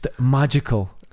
Magical